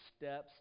steps